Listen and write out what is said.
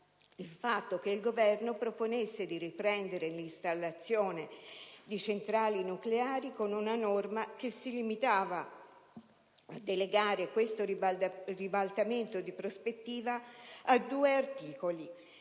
il fatto che il Governo proponeva di riprendere l'installazione di centrali nucleari con una norma che si limitava a delegare questo ribaltamento di prospettiva a due articoli